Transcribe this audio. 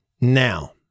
now